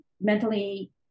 mentally